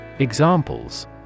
Examples